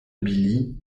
billy